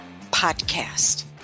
podcast